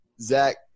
Zach